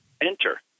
enter